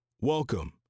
welcome